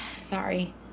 sorry